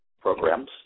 programs